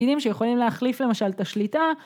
פקידים שיכולים להחליף למשל את השליטה